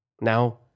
Now